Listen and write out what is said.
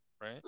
right